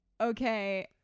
Okay